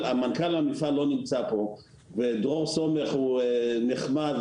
המפעל לא נמצא פה ודרור סומך הוא נחמד,